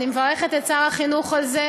ואני מברכת את שר החינוך על כך.